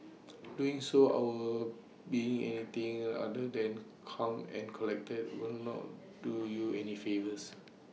doing so our being anything other than calm and collected will not do you any favours